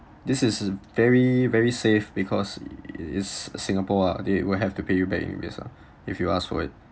this is very very safe because it's singapore ah they will have to pay you back arrears ah if you ask for it